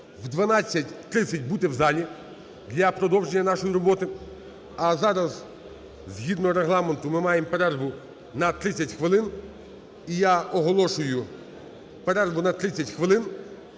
в 12:30 бути в залі для продовження нашої роботи. А зараз, згідно Регламенту, ми маємо перерву на 30 хвилин. І я оголошую перерву на 30 хвилин.